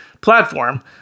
platform